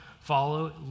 follow